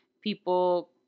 people